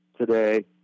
today